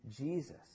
Jesus